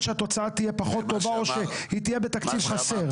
שהתוצאה תהיה פחות טובה או שהיא תהיה בתקציב חסר.